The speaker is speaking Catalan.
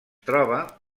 troba